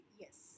yes